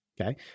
Okay